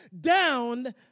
down